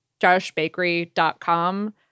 joshbakery.com